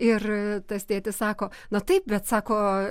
ir tas tėtis sako na taip bet sako